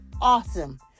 awesome